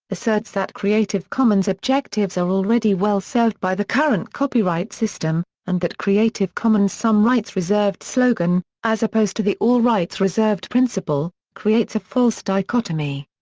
asserts that creative commons' objectives are already well served by the current copyright system, and that creative commons' some rights reserved slogan, as opposed to the all rights reserved principle, creates a false dichotomy.